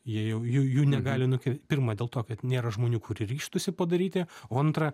jie jau jų jų negali nukir pirma dėl to kad nėra žmonių kurie ryžtųsi padaryti o antra